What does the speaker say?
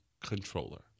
controller